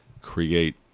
create